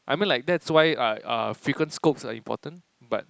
I mean like that's why like uh frequent scopes are important but